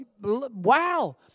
wow